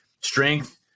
strength